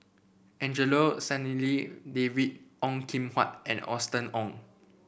Angelo Sanelli David Ong Kim Huat and Austen Ong